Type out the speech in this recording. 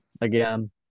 again